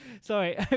sorry